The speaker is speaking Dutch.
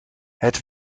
het